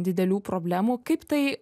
didelių problemų kaip tai